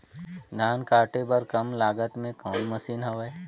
धान काटे बर कम लागत मे कौन मशीन हवय?